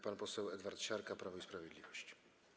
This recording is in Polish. Pan poseł Edward Siarka, Prawo i Sprawiedliwość.